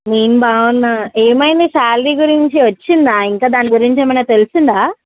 నేను బాగున్నాను ఏమైనా శాలరీ గురించి వచ్చిందా ఇంకా దాని గురించి ఏమైనా తెలిసిందా